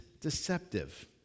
deceptive